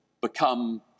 become